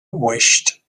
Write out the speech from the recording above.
wished